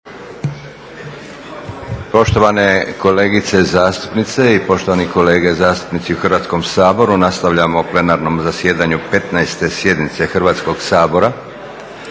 Poštovane kolegice zastupnice i poštovani kolege zastupnici u Hrvatskom saboru, nastavljamo plenarnom zasjedanju 15. sjednice Hrvatskog sabora.